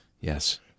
Yes